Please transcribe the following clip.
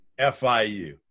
FIU